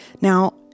Now